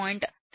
k 0